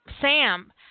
Sam